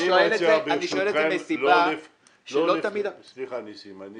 אני שואל את זה מהסיבה שלא תמיד --- סליחה ניסים,